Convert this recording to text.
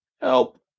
Help